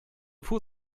fuhr